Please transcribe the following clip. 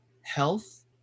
health